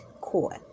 court